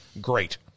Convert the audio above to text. great